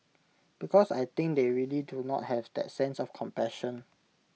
because I think they really do not have that sense of compassion